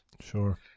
Sure